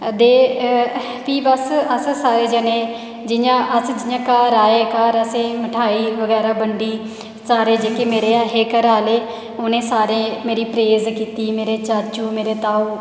ते प्ही तुस अस सारे जने अस जि'यां घर आए घर असें मठेआई बगैरा बंडी सारे जेह्के मेरे ऐहे घरै आह्ले उ'नें सारें मेरी प्रेज़ कीती मेरे चाचु मेरे ताऊ